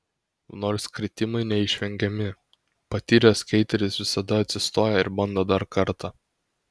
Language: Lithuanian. nors kritimai neišvengiami patyręs skeiteris visada atsistoja ir bando dar kartą